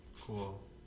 cool